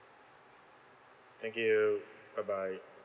thank you bye bye